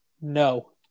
no